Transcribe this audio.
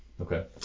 Okay